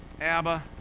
Abba